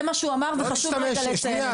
וחשוב להגיד את זה.